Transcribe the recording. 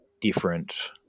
different